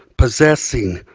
possessing,